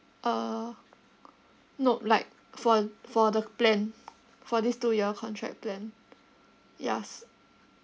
uh nope like for for the plan for this two year contract plan yes